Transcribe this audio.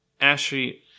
Ashley